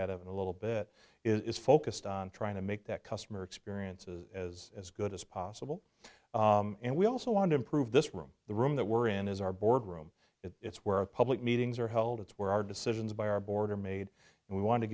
it a little bit is focused on trying to make that customer experiences as as good as possible and we also want to improve this room the room that we're in is our board room it's where a public meetings are held it's where our decisions by our border made and we want to